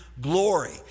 Glory